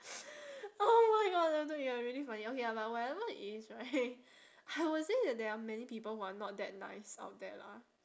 oh my god that took ya really funny ya okay ya but whatever it is right I will say that there are many people who are not that nice out there lah